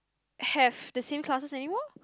have the same classes anymore